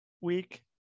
week